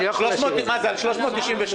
מה זה, על 392?